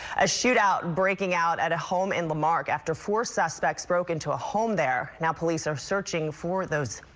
a shootout breaking out at a home in the mark after four suspects broke into a home there now police are searching for those.